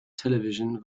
television